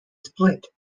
split